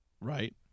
Right